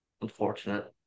unfortunate